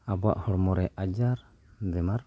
ᱟᱵᱚᱣᱟᱜ ᱦᱚᱲᱢᱚ ᱨᱮ ᱟᱡᱟᱨ ᱵᱤᱢᱟᱨ